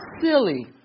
silly